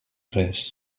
res